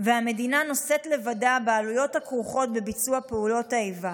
והמדינה נושאת לבדה בעלויות הכרוכות בביצוע פעולות האיבה.